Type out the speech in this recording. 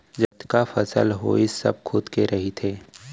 जतका फसल होइस सब खुद के रहिथे